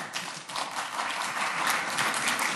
(מחיאות כפיים)